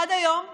עד היום ילדים,